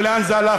ולאן זה הלך?